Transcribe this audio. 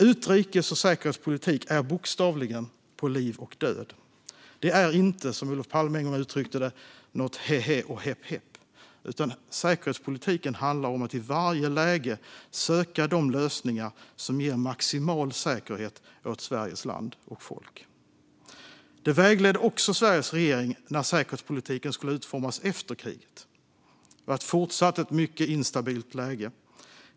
Utrikes och säkerhetspolitik är bokstavligen på liv och död. Det är inte, som Olof Palme en gång uttryckte det, något "hä hä och hepp hepp", utan säkerhetspolitiken handlar om att i varje läge söka de lösningar som ger maximal säkerhet åt Sveriges land och folk. Detta vägledde också Sveriges regering när säkerhetspolitiken skulle utformas efter kriget. Det var fortsatt ett mycket instabilt läge.